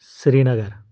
Srinagar